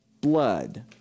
blood